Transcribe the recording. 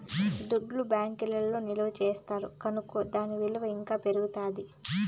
దుడ్డు బ్యాంకీల్ల నిల్వ చేస్తారు కనుకో దాని ఇలువ ఇంకా పెరుగుతాది